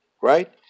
right